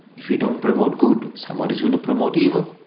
if you don't promote good, somebody's going to promote evil.